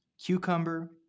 cucumber